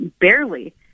barely